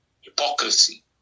Hypocrisy